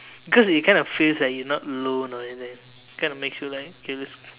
because it kind of feels like you not alone or anything it kind of makes you like okay let's